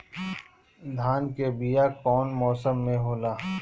धान के बीया कौन मौसम में होला?